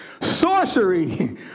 Sorcery